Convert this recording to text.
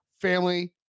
family